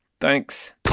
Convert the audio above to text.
Thanks